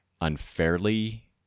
unfairly